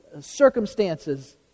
circumstances